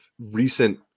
recent